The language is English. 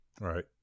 Right